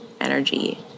energy